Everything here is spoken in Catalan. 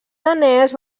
danès